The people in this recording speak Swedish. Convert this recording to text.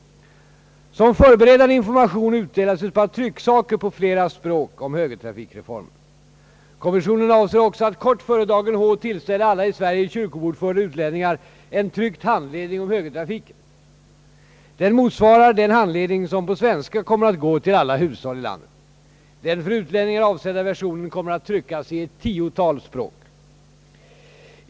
Som förberedande information utdelas ett par trycksaker på flera språk med fakta om högertrafikreformen. Kommissionen avser också att kort före dagen H tillställa alla i Sverige kyrkobokförda utlänningar en tryckt handledning om högertrafiken. Den motsvarar den handledning som på svenska kommer att gå till alla hushåll i landet. Den för utlänningar avsedda versionen kommer att tryckas på ett tiotal språk.